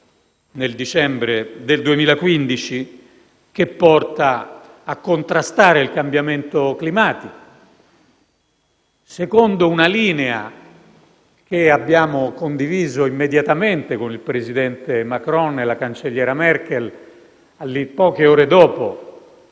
nel dicembre 2015, che porta a contrastare il cambiamento climatico, secondo una linea che abbiamo condiviso immediatamente con il presidente Macron e con la cancelliera Merkel, poche ore dopo